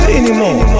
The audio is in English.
anymore